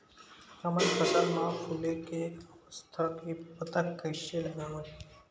हमन फसल मा फुले के अवस्था के पता कइसे लगावन?